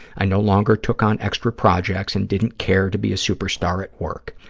i no longer took on extra projects and didn't care to be a superstar at work.